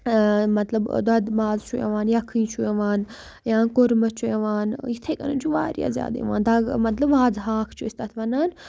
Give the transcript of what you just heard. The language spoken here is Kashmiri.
مطلب دۄدٕ ماز چھُ یِوان یَکھٕنۍ چھُ یِوان یا کوٚرمہٕ چھُ یِوان یِتھَے کَٔنَۍ چھُ واریاہ زیادٕ یِوان دگہٕ مطلب وازٕ ہاکھ چھُ أسۍ تَتھ وَنان